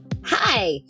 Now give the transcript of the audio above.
Hi